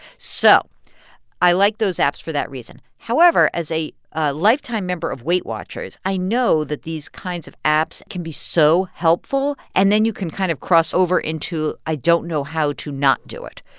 so i like those apps for that reason however, as a ah lifetime member of weight watchers, i know that these kinds of apps can be so helpful. and then you can kind of cross over into, i don't know how to not do it.